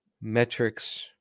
metrics